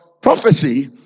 prophecy